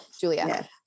julia